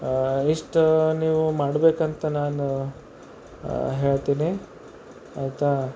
ಇಷ್ಟು ನೀವು ಮಾಡ್ಬೇಕಂತ ನಾನು ಹೇಳ್ತೀನಿ ಆಯಿತಾ